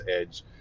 Edge